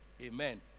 Amen